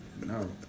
No